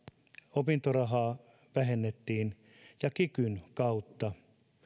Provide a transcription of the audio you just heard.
opintorahaa vähennettiin ja kikyn kautta